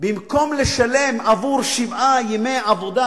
במקום לשלם עבור שבעה ימי עבודה,